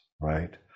right